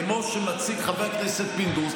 כמו שמציג חבר הכנסת פינדרוס,